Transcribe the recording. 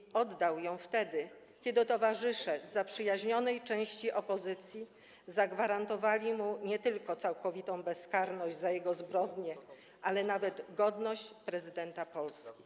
I oddał ją wtedy, kiedy towarzysze z zaprzyjaźnionej części opozycji zagwarantowali mu nie tylko całkowitą bezkarność za jego zbrodnie, ale nawet godność prezydenta Polski.